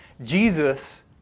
Jesus